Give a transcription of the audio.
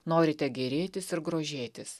norite gėrėtis ir grožėtis